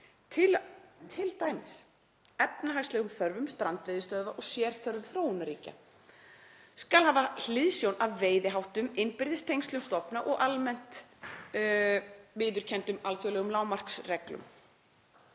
m. a. efnahagslegum þörfum strandveiðistöðva og sérþörfum þróunarríkja, og skal hafa hliðsjón af veiðiháttum, innbyrðis tengslum stofna og almennt viðurkenndum alþjóðlegum lágmarksreglum